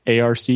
ARC